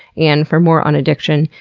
and for more on addiction,